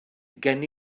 gen